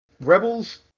rebels